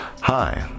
Hi